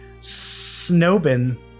Snowbin